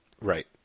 Right